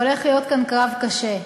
הולך להיות כאן קרב קשה.